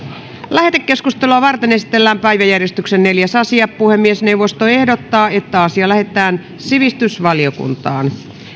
lähetekeskustelua varten esitellään päiväjärjestyksen neljäs asia puhemiesneuvosto ehdottaa että asia lähetetään sivistysvaliokuntaan